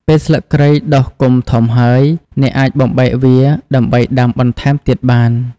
ពេលស្លឹកគ្រៃដុះគុម្ពធំហើយ អ្នកអាចបំបែកវាដើម្បីដាំបន្ថែមទៀតបាន។